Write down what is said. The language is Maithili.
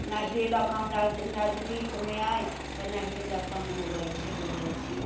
नैहरे लऽ के हम नज नजदीकमे अइ तऽ नैहरे लऽ के हम उगैत छी डूबैत छी